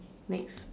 next